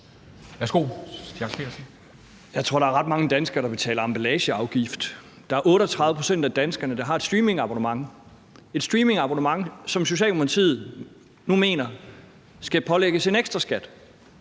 Jeg tror, at der er ret mange danskere, der betaler emballageafgift. 38 pct. af danskerne har et streamingabonnement. Det er et streamingabonnement, som Socialdemokratiet nu mener skal pålægges en ekstra skat.